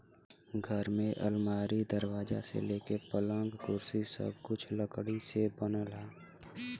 घर में अलमारी, दरवाजा से लेके पलंग, कुर्सी सब कुछ लकड़ी से बनला